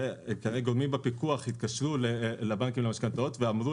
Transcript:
גורמים בפיקוח התקשרו לבנקים למשכנתאות ואמרו